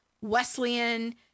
Wesleyan